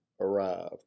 arrived